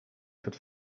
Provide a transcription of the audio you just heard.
could